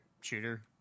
shooter